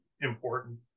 important